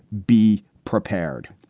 be prepared.